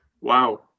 Wow